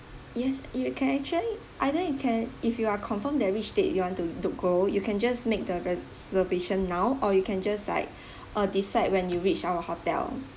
yes you can actually either you can if you are confirm that which date you want to to go you can just make the reservation now or you can just like uh decide when you reach our hotel